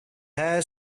hare